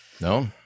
no